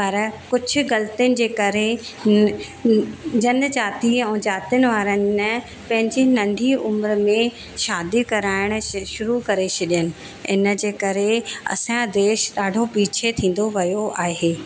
पर कुझु ग़लतियुनि जे करे जन जाती ऐं जातियुनि वारनि पंहिंजी नंढी उमिरि में शादी कराइणु श शुरू करे छॾियनि इन जे करे असांजो देश ॾाढो पीछे थींदो वियो आहे